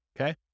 Okay